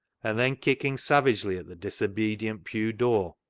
and then kicking savagely at the disobedient pew door,